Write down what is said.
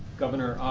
governor,